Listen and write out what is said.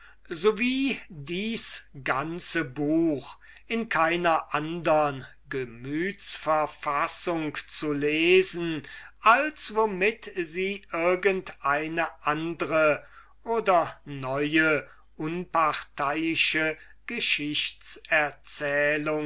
dies ganze buch in keiner andern gemütsverfassung zu lesen als womit sie irgend eine andre alte oder neue unparteiische